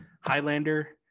highlander